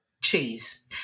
cheese